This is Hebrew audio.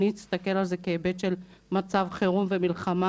אני אסתכל על זה כהיבט של מצב חירום ומלחמה,